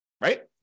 Right